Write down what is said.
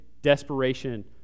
desperation